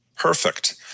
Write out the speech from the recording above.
Perfect